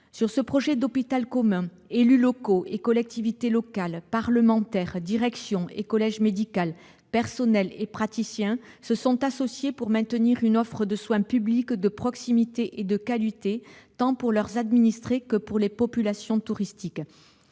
de ce projet d'hôpital commun, élus locaux et collectivités territoriales, parlementaires, direction et collège médical, personnels et praticiens se sont associés pour maintenir une offre de soins publique de proximité et de qualité, tant pour leurs administrés que pour les populations touristiques.